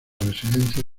residencia